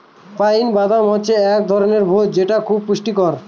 pine বাদাম হচ্ছে এক ধরনের ভোজ্য যেটা খুব পুষ্টিকর